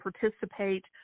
participate